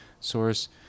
source